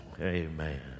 Amen